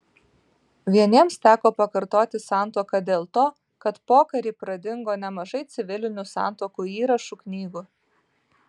vieniems teko pakartoti santuoką dėl to kad pokarį pradingo nemažai civilinių santuokų įrašų knygų